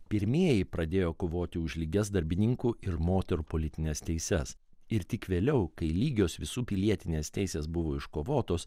pirmieji pradėjo kovoti už lygias darbininkų ir moterų politines teises ir tik vėliau kai lygios visų pilietinės teisės buvo iškovotos